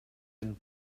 and